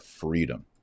freedom